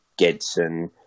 Gedson